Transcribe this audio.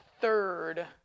third